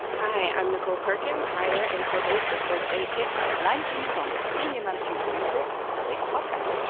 hi, i'm nicole perkins, writer and co-host of first aid kit. and i'm jean thomas, senior managing producer of slate podcast.